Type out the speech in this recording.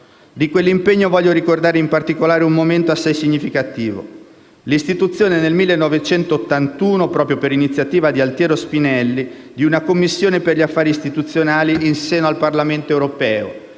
Di quell'impegno voglio ricordare in particolare un momento, assai significativo: l'istituzione, nel 1981, proprio per iniziativa di Altiero Spinelli, di una Commissione per gli Affari istituzionali, in seno al Parlamento europeo,